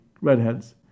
redheads